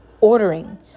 ordering